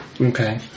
Okay